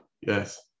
yes